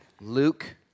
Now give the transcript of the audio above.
Luke